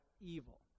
evil